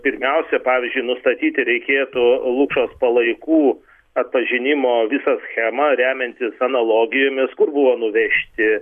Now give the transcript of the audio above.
pirmiausia pavyzdžiui nustatyti reikėtų lukšos palaikų atpažinimo visą schemą remiantis analogijomis kur buvo nuvežti